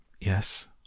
Yes